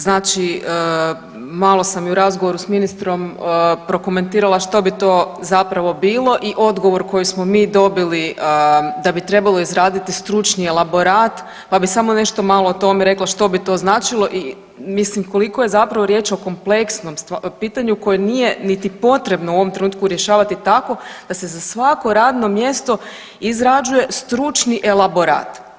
Znači malo sam i u razgovoru sa ministrom prokomentirala što bi to zapravo bilo i odgovor koji smo mi dobili da bi trebalo izraditi stručni elaborat, pa bih samo nešto malo o tome rekla što bi to značilo i mislim zapravo koliko je riječ o kompleksnom pitanju koje nije niti potrebno u ovom trenutku rješavati tako da se za svako radno mjesto izrađuje stručni elaborat.